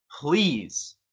Please